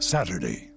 Saturday